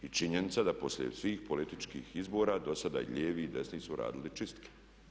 I činjenica da poslije svih političkih izbora dosada i lijevi i desni su radili čistke.